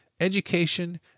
education